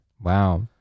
wow